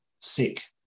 sick